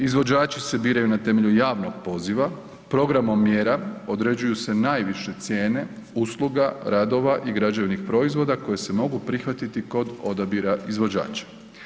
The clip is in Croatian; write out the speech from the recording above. Izvođači se biraju na temelju javnog poziva, programom mjera određuju se najviše cijene usluga, radova i građevnih proizvoda koji se mogu prihvatiti kod odabira izvođača.